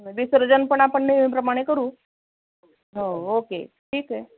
विसर्जनपण आपण नेहमीप्रमाणे करू हो ओके ठीक आहे